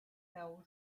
fell